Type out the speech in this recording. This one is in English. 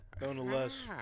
Nonetheless